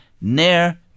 ne'er